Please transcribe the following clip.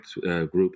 group